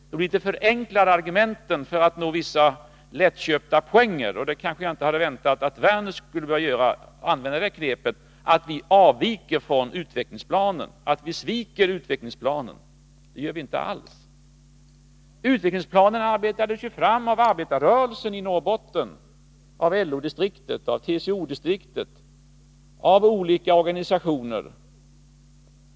Det är litet förenklade argument, för att nå vissa lättköpta poänger, och jag hade kanske inte väntat mig att Lars Werner skulle använda knepet att säga att vi avviker från utvecklingsplanen, att vi sviker utvecklingsplanen — det gör vi inte alls. Utvecklingsplanen har arbetats fram av arbetarrörelsen i Norrbotten, av LO och TCO-distrikten, av olika organisationer.